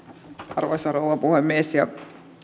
arvoisa rouva puhemies ja